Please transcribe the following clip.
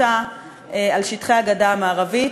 ריבונותה על שטחי הגדה המערבית.